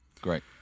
Great